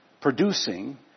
producing